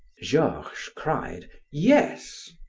georges cried yes.